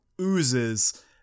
oozes